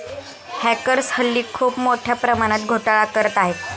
hackers हल्ली खूप मोठ्या प्रमाणात घोटाळा करत आहेत